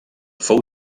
fou